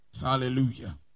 Hallelujah